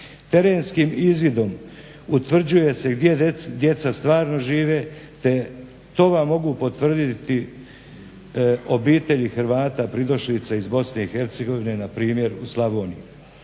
Terenskim izvidom utvrđuje se gdje djeca stvarno žive to vam mogu potvrditi obitelji Hrvata pridošlica iz BiH npr. u Slavoniji.